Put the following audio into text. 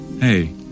hey